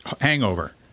hangover